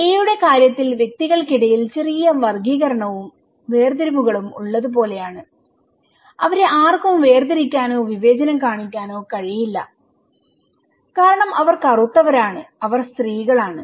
A യുടെ കാര്യത്തിൽ വ്യക്തികൾക്കിടയിൽ ചെറിയ വർഗ്ഗീകരണവും വേർതിരിവുകളും ഉള്ളതുപോലെയാണ് അവരെ ആർക്കും വേർതിരിക്കാനോ വിവേചനം കാണിക്കാനോ കഴിയില്ല കാരണം അവർ കറുത്തവരാണ്അവർ സ്ത്രീകളാണ്